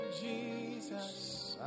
Jesus